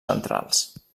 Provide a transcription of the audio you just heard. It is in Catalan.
centrals